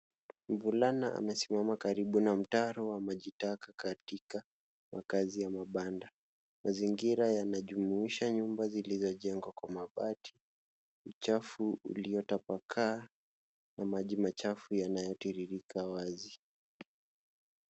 Mvulana amesimama karibu na mtaro wa maji taka katika makazi ya mabanda. Mazingira yanajumisha nyumba zilizojengwa kwa mabati. Uchafu uliotapakaa wa maji machafu yanayotiririka wazi.